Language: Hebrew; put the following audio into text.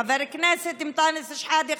חבר הכנסת אנטאנס שחאדה,